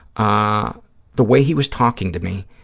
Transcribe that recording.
ah the way he was talking to me,